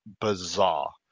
bizarre